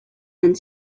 and